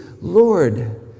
Lord